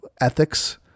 ethics